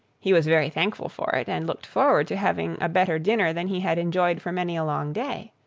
he was very thankful for it, and looked forward to having a better dinner than he had enjoyed for many a long day.